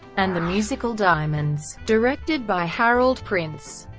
and the musical diamonds, directed by harold prince.